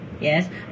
yes